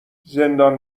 زندان